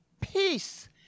peace